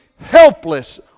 helpless